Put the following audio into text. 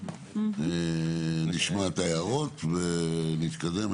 נשמע את ההערות ונתקדם.